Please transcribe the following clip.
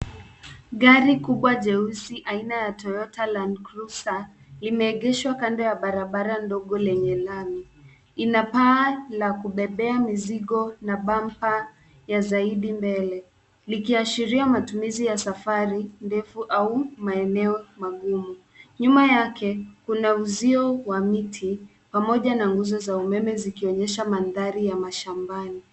Gari kubwa jeusi aina ya Toyota Landcruiser limeegeshwa kando ya barabara ndogo lenye lami. Ina paa la kubebea mizigo na bumper ya zaidi mbele, likiashiria matumizi ya safari ndefu au maeneo magumu. Nyuma yake kuna uzio wa miti pamoja na nguzo za umeme zikionyesha mandhari ya mashambani.